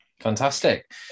fantastic